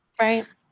Right